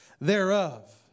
thereof